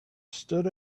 stood